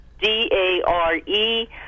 D-A-R-E